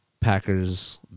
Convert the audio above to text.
Packers